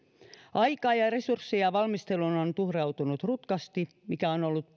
aikaa ja resursseja valmisteluun on tuhrautunut rutkasti mikä on ollut